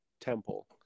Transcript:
temple